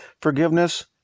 Forgiveness